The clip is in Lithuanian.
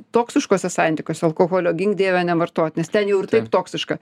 toksiškuose santykiuose alkoholio gink dieve ne vartot nes ten jau ir taip toksiška